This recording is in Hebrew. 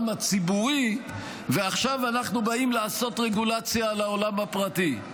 הציבורי ועכשיו אנחנו באים לעשות רגולציה לעולם הפרטי.